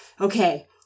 okay